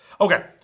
Okay